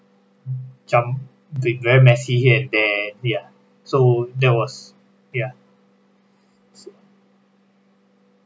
jump the very messy here and there yeah so that was ya